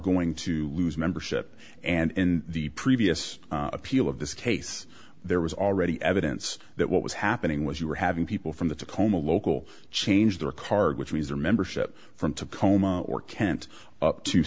going to lose membership and the previous appeal of this case there was already evidence that what was happening was you were having people from the tacoma local change their card which means their membership from tacoma or kent up to